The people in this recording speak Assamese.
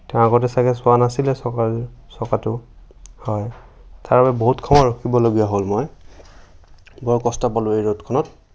তেওঁ আগতে চাগৈ চোৱা নাছিলে চকা চকাটো হয় তাৰবাবে বহুত সময় ৰখিবলগীয়া হ'ল মই বৰ কষ্ট পালোঁ এই ৰ'দখনত